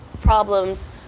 problems